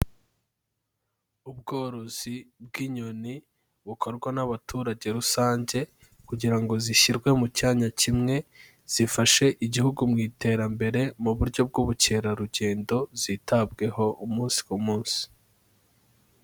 Ubworozi bw'inyoni bukorwa n'abaturage rusange kugira ngo zishyirwe mu cyanya kimwe, zifashe igihugu mu iterambere mu buryo bw'ubukerarugendo zitabweho umunsi ku munsi.